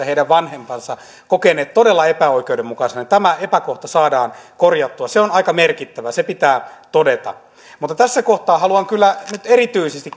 heidän vanhempansa kokeneet todella epäoikeudenmukaisena tämä epäkohta saadaan korjattua se on aika merkittävä se pitää todeta tässä kohtaa haluan kyllä nyt erityisesti